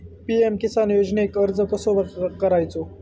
PM Kisan योजनेक अर्ज कसो करायचो?